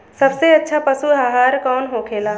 सबसे अच्छा पशु आहार कौन होखेला?